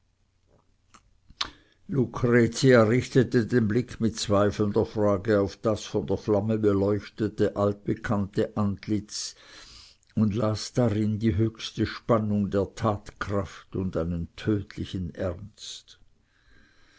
lucretia richtete den blick mit zweifelnder frage auf das von der flamme beleuchtete altbekannte antlitz und las darin die höchste spannung der tatkraft und einen tödlichen ernst